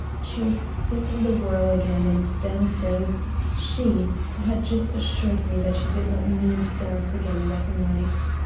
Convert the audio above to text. she was soon in the whirl again and dancing she who had just assured me that she did not mean to dance again that night.